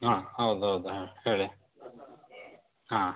ಹಾಂ ಹೌದೌದು ಹಾಂ ಹೇಳಿ ಹಾಂ